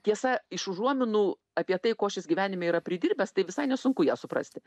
tiesa iš užuominų apie tai ko šis gyvenime yra pridirbęs tai visai nesunku ją suprasti